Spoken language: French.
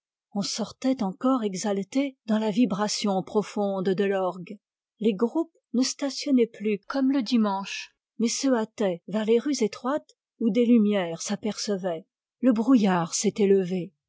on sortait encore exalté dans la vibration profonde de l'orgue les groupes ne stationnaient plus comme le dimanche mais se hâtaient vers les rues étroites où des lunlières s'apercevaient le brouillard s'était levé